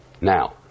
Now